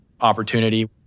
opportunity